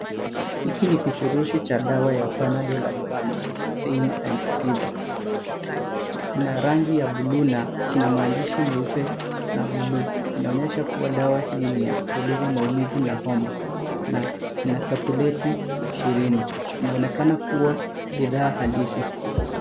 Hiki ni kufurushi cha dawa ya Panadol Advance Pain & Fever kina rangi ya buluu na kina maandishi meupe na buluu. Kinaonyesha kua dawa hii ni yakutuliza maumivu na homa na ina Poppulative ishirini. Inaonekana kua bidhaa halisi.